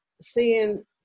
seeing